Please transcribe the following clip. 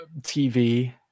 TV